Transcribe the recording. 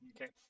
okay